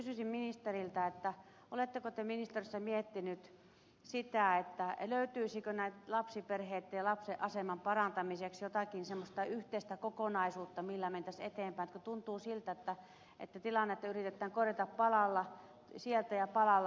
kysynkin ministeriltä oletteko te ministeriössä miettinyt sitä löytyisikö lapsiperheitten ja lapsen aseman parantamiseksi jotakin semmoista yhteistä kokonaisuutta millä mentäisiin eteenpäin kun tuntuu siltä että tilannetta yritetään korjata palalla sieltä ja palalla tuolta